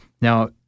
Now